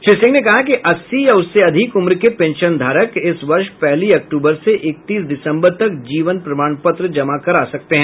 श्री सिंह ने कहा कि अस्सी या उससे अधिक उम्र के पेंशनधारक इस वर्ष पहली अक्टूबर से इकतीस दिसंबर तक जीवन प्रमाण पत्र जमा करा सकते हैं